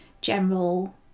general